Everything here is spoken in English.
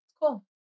Cool